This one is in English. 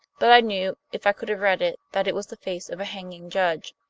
but i knew, if i could have read it, that it was the face of a hanging judge.